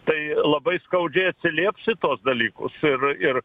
tai labai skaudžiai atsilieps į tuos dalykus ir ir